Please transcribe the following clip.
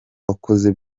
wakoze